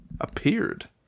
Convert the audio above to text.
appeared